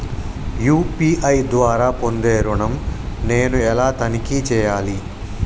UPI ద్వారా పొందే ఋణం నేను ఎలా తనిఖీ చేయాలి?